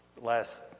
last